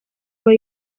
aba